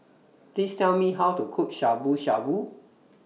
Please Tell Me How to Cook Shabu Shabu